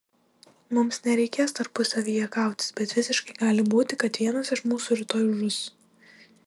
mums nereikės tarpusavyje kautis bet visiškai gali būti kad vienas iš mūsų rytoj žus